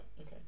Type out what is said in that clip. Okay